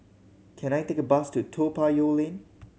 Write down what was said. can I take a bus to Toa Payoh Lane